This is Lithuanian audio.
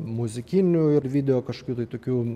muzikinių ir video kašokių tai tokių